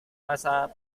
masa